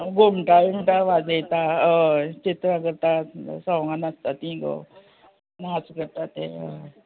घुमटा विमटा वाजयता हय चित्रां करता सोंगान आसता तीं गो नाच करता तें हय